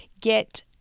get